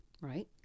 right